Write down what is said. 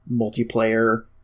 multiplayer